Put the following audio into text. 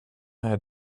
had